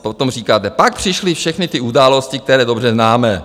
Potom říkáte pak přišly všechny ty události, které dobře známe.